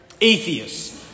Atheists